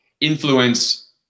influence